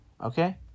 Okay